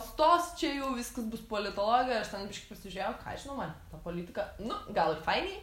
stos čia jau viskas bus politologė ir aš ten biškį pasižiūrėjau ką aš žinau man politika nu gal ir fainiai